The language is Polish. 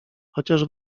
chociaż